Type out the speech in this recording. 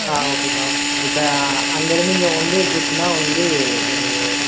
ஆ ஓகேப்பா இப்போ அங்கேருந்து இங்கே ஒன்டே ட்ரிப்புன்னா வந்து ஒரு